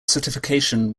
certification